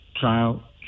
trial